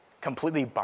completely